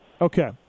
Okay